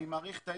אני באתי